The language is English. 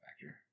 factor